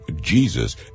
Jesus